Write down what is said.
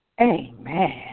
Amen